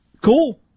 Cool